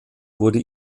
wurde